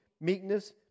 meekness